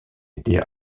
été